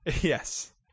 Yes